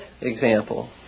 example